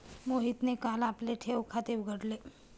मोहितने काल आपले ठेव खाते उघडले